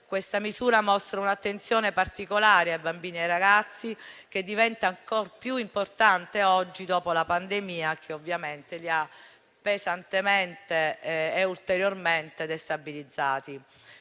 Questa misura mostra un'attenzione particolare ai bambini e ai ragazzi, che diventa ancor più importante oggi dopo la pandemia, che li ha pesantemente e ulteriormente destabilizzati.